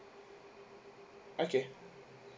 okay